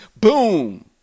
boom